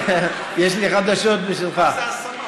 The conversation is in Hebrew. יש לי חדשות בשבילך.